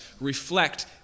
reflect